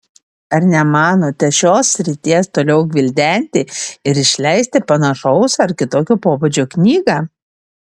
ar nemanote šios srities toliau gvildenti ir išleisti panašaus ar kitokio pobūdžio knygą